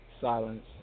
silence